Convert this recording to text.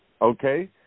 Okay